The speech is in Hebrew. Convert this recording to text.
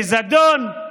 בזדון?